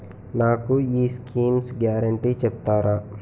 నాకు ఈ schemes guarantee చెప్తారా?